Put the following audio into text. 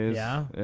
yeah?